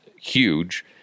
huge